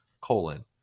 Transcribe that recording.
colon